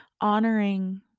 Honoring